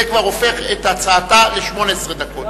זה כבר הופך את הצעתה ל-18 דקות.